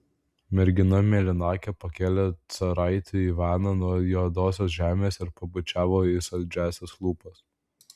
mergina mėlynakė pakėlė caraitį ivaną nuo juodosios žemės ir pabučiavo į saldžiąsias lūpas